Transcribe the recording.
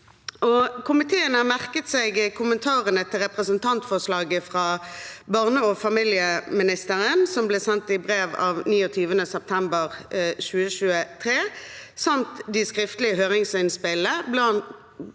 Komiteen har merket seg kommentarene til representantforslaget fra barne- og familieministeren, som ble sendt i brev av 29. september 2023, samt de skriftlige høringsinnspillene